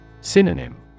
synonym